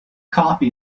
coffee